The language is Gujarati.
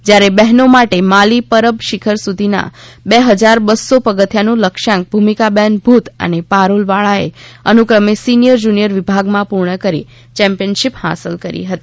જ્યારે બહેનો માટે માલી પરબ શિખર સુધીના બે હજાર બસ્સો પગથીયાનુ લક્ષ્ય ભૂમિકાબેન ભૂત અને પારુલ વાળા એ અનુક્રમે સિનિયર જુનિયર વિભાગ માં પૂર્ણ કરી ચેમ્પિયનશિપ હાંસલ કરી હતી